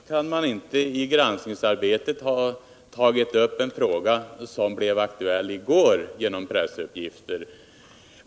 Herr talman! Självfallet har man inte i granskningsarbetet ha kunnat ta upp en fråga, som blev aktuell först i går genom pressuppgifter.